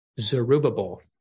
Zerubbabel